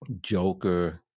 Joker